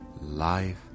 life